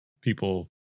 people